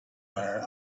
there